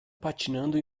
patinando